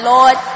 Lord